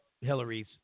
Hillary's